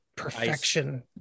perfection